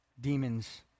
demons